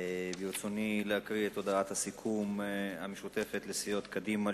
ברצוני להקריא את הודעת הסיכום המשותפת לסיעות קדימה,